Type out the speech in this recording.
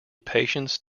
patience